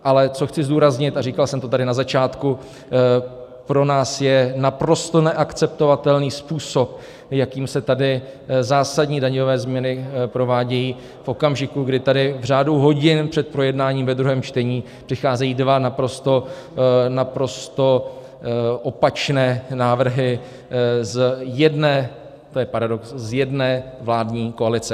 Ale co chci zdůraznit, a říkal jsem to tady na začátku, pro nás je naprosto neakceptovatelný způsob, jakým se tady zásadní daňové změny provádějí v okamžiku, kdy tady v řádu hodin před projednáním ve druhém čtení přicházejí dva naprosto opačné návrhy z jedné, to je paradoxní, z jedné vládní koalice.